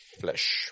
flesh